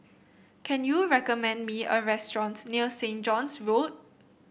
can you recommend me a restaurant near Saint John's Road